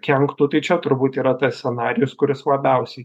kenktų tai čia turbūt yra tas scenarijus kuris labiausiai